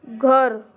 گھر